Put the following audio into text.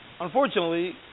unfortunately